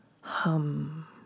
hum